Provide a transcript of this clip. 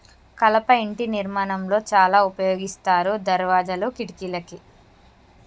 కలప ఇంటి నిర్మాణం లో చాల ఉపయోగిస్తారు దర్వాజాలు, కిటికలకి